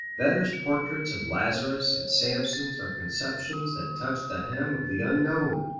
vedder's portraits of lazarus and samson are conceptions that touch the hem of the unknown.